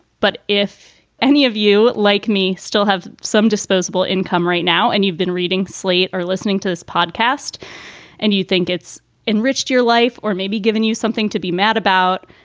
but if any of you like me still have some disposable income right now and you've been reading slate or listening to this podcast and you think it's enriched your life or maybe given you something to be mad about.